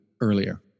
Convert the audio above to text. earlier